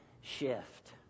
shift